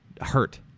hurt